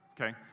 Okay